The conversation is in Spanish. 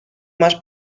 más